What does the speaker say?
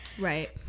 Right